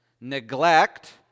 neglect